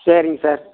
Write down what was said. சரிங்க சார்